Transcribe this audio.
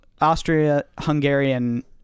Austria-Hungarian